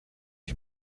ich